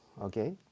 okay